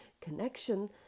connection